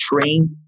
trained